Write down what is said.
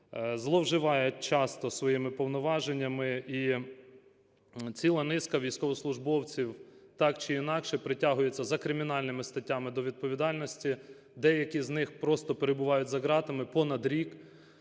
зловживають часто своїми повноваженнями і ціла низка військовослужбовців так чи інакше притягуються за кримінальними статтями до відповідальності, деякі з них просто перебувають за ґратами понад рік,